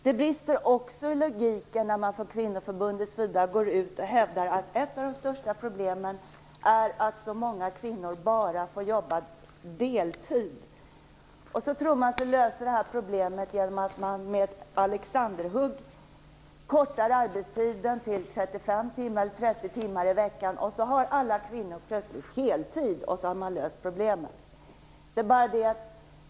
Det brister också i logiken när man från Kvinnoförbundets sida går ut och hävdar att ett av de största problemen är att så många kvinnor bara får jobba deltid. Man tror att man löser det problemet genom att med ett Alexanderhugg kortar arbetstiden till 35 timmar eller 30 timmar i veckan. Då har alla kvinnor plötsligt heltid, och så har man löst problemet.